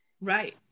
right